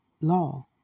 law